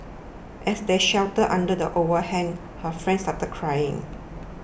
as they sheltered under the overhang her friend started crying